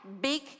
big